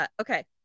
Okay